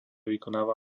vykonáva